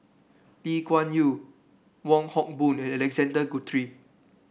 Lee Kuan Yew Wong Hock Boon and Alexander Guthrie